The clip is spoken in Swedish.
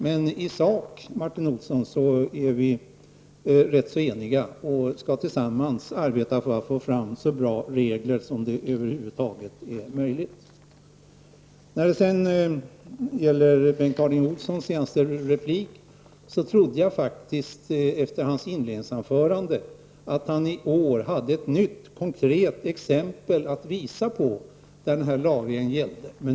Men i sak, Martin Olsson, är vi rätt så eniga och skall tillsammans arbeta för att få fram så bra regler som det över huvud taget är möjligt. Efter Bengt Harding Olsons senaste replik måste jag säga att jag faktiskt trodde att han i år hade ett nytt konkret exempel i år att visa på där den här lagen gällde.